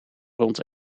rond